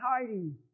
hiding